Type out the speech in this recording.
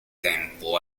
tempo